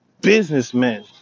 businessmen